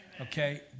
Okay